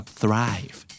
thrive